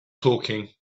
talking